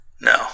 no